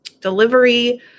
delivery